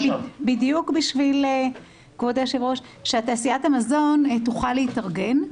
בדיוק בשביל שתעשיית המזון תוכל להתארגן.